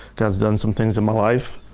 god's done some things in my life,